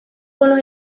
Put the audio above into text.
con